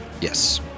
Yes